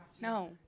no